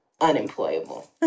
unemployable